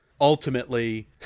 ultimately